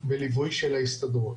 בליווי של ההסתדרות.